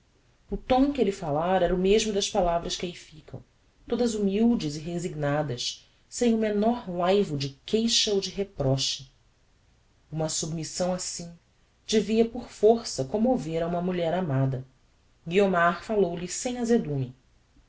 o tom em que elle falára era o mesmo das palavras que ahi ficam todas humildes e resignadas sem o menor laivo de queixa ou de reproche uma submissão assim devia por força commover a uma mulher amada guiomar falou-lhe sem azedume